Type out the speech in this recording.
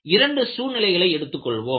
இரண்டு சூழ்நிலைகளை எடுத்துக்கொள்வோம்